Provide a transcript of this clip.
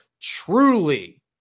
truly